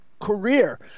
career